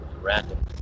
random